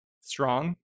strong